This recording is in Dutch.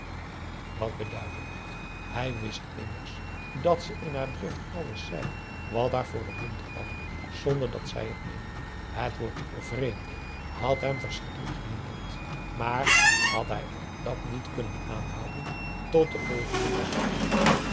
wat beduidde het hij wist immers dat ze in haar drift alles zei wat haar voor den mond kwam zonder dat zij het meende het woord vreemde had hem verschrikkelijk gehinderd maar had hij ook dàt niet kunnen aanhouden tot den volgenden dag